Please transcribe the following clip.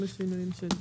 עם השינויים שננסח.